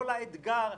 לא לאתגר.